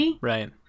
Right